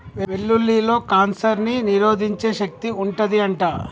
వెల్లుల్లిలో కాన్సర్ ని నిరోధించే శక్తి వుంటది అంట